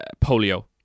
polio